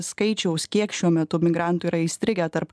skaičiaus kiek šiuo metu migrantų yra įstrigę tarp